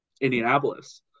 Indianapolis